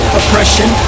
oppression